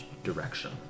Direction